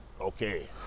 Okay